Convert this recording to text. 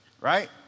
right